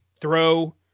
throw